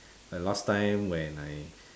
like last time when I